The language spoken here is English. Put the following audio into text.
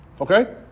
Okay